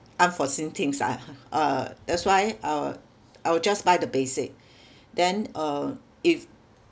unforeseen things lah uh that's why uh I will just buy the basic then uh if